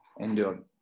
endured